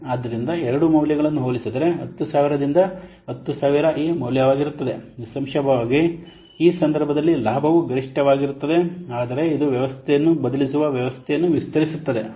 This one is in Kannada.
ಆದ್ದರಿಂದ ಎರಡೂ ಮೌಲ್ಯಗಳನ್ನು ಹೋಲಿಸಿದರೆ 10000 ರಿಂದ 10000 ಈ ಮೌಲ್ಯವಾಗಿರುತ್ತದೆ ನಿಸ್ಸಂಶಯವಾಗಿ ಈ ಸಂದರ್ಭದಲ್ಲಿ ಲಾಭವು ಗರಿಷ್ಠವಾಗಿರುತ್ತದೆ ಅಂದರೆ ಇದು ವ್ಯವಸ್ಥೆಯನ್ನು ಬದಲಿಸದ ವ್ಯವಸ್ಥೆಯನ್ನು ವಿಸ್ತರಿಸುತ್ತದೆ